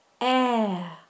air